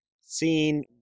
seen